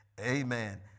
Amen